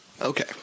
Okay